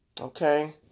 okay